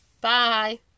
bye